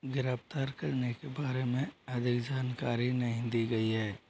गिरफ़्तार करने के बारे में अधिक जानकारी नहीं दी गई है